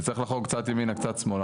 תצטרך לחרוג קצת ימינה קצת שמאלה,